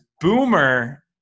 boomer